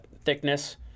thickness